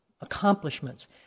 accomplishments